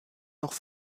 noch